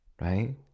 Right